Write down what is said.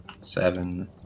seven